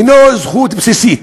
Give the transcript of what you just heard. הוא זכות בסיסית,